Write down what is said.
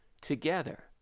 together